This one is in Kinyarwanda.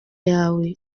yawe